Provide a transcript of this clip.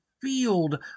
field